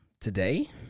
today